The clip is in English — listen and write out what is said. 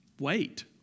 wait